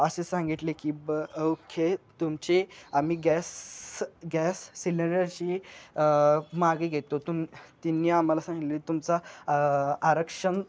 असे सांगितले की ब ओके तुमची आम्ही गॅस गॅस सिलेंडरची मागे घेतो तुम त्यांनी आम्हाला सांगितले तुमचा आरक्षण